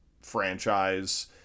franchise